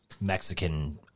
Mexican